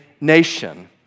nation